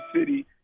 city